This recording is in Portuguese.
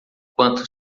quanto